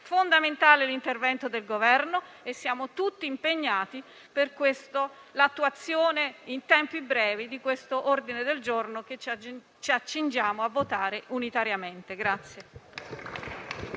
fondamentale l'intervento del Governo e siamo tutti impegnati per l'attuazione in tempi brevi di tale ordine del giorno, che ci accingiamo a votare unitariamente.